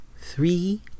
three